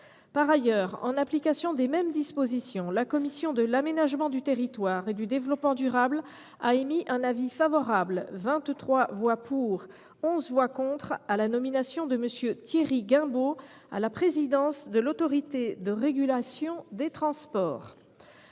Par ailleurs, en application des mêmes dispositions, la commission de l’aménagement du territoire et du développement durable a émis, lors de sa réunion de ce jour, un avis favorable – 23 voix pour, 11 voix contre – à la nomination de M. Thierry Guimbaud à la présidence de l’Autorité de régulation des transports